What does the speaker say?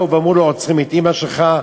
באו ואמרו לו: עוצרים את אימא שלך,